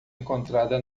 encontrada